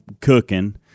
cooking